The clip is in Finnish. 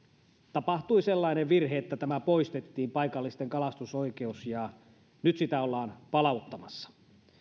tapahtui sellainen virhe että tämä paikallisten kalastusoikeus poistettiin nyt sitä ollaan palauttamassa